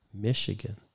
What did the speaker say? Michigan